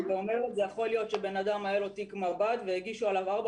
יכול להיות שאדם היה לו תיק מב"ד והגישו עליו ארבע